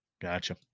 Gotcha